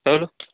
hello